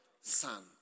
son